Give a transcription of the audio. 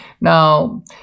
Now